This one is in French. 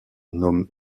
nomme